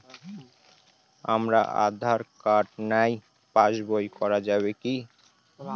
আমার আঁধার কার্ড নাই পাস বই করা যাবে কি?